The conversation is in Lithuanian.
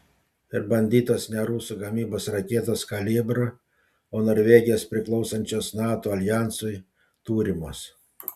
ir bandytos ne rusų gamybos raketos kalibr o norvegijos priklausančios nato aljansui turimos